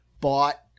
bought